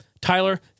Tyler